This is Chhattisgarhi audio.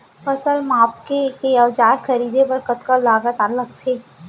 फसल मापके के औज़ार खरीदे बर कतका लागत लगथे?